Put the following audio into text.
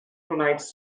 tonight’s